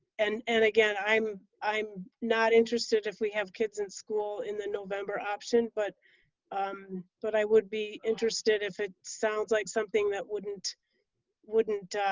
and and again i'm i'm not interested if we have kids in school in the november option, but on um but i would be interested if it sounds like something that wouldn't wouldn't